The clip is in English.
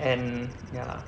and ya lah